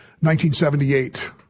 1978